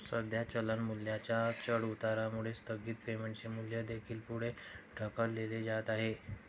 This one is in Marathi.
सध्या चलन मूल्याच्या चढउतारामुळे स्थगित पेमेंटचे मूल्य देखील पुढे ढकलले जात आहे